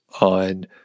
on